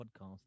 podcast